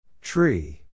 Tree